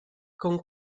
con